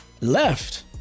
left